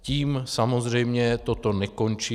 Tím samozřejmě toto nekončí.